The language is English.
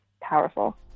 powerful